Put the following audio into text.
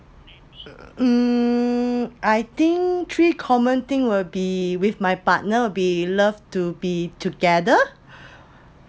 um I think three common thing will be with my partner be loved to be together